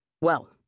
Well